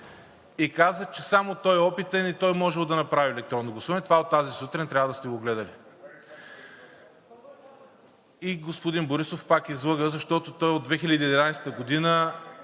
и каза, че само той е опитен и той можел да направи електронно гласуване – това е от тази сутрин, трябва да сте го гледали. И господин Борисов пак излъга, защото той от 2011 г.